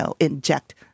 inject